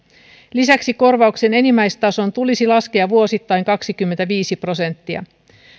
lisäksi korvauksen enimmäistason tulisi laskea vuosittain kaksikymmentäviisi prosenttia